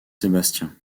sébastien